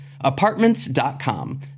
Apartments.com